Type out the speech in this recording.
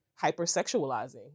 hypersexualizing